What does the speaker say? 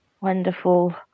wonderful